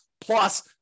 plus